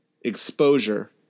Exposure